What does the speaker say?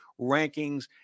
rankings